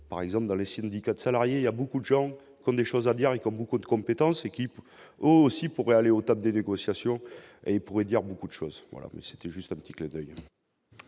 par exemple dans les Syndicate salariés il y a beaucoup de gens comme des choses à dire, et comme beaucoup de compétences équipe aussi pourrait aller au terme des négociations et pourrait dire beaucoup de choses, voilà, mais c'était juste un petit club.